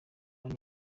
hano